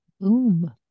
Boom